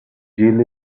jill